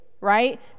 right